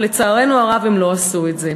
לצערנו הרב, הם לא עשו את זה.